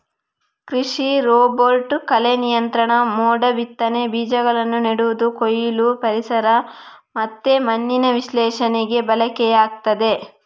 ಕೃಷಿ ರೋಬೋಟ್ ಕಳೆ ನಿಯಂತ್ರಣ, ಮೋಡ ಬಿತ್ತನೆ, ಬೀಜಗಳನ್ನ ನೆಡುದು, ಕೊಯ್ಲು, ಪರಿಸರ ಮತ್ತೆ ಮಣ್ಣಿನ ವಿಶ್ಲೇಷಣೆಗೆ ಬಳಕೆಯಾಗ್ತದೆ